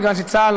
מכיוון שצה"ל,